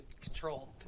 control